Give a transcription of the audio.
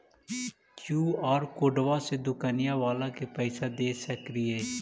QR कोडबा से दुकनिया बाला के पैसा दे सक्रिय?